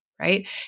right